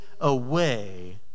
away